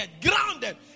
grounded